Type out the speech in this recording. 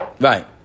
Right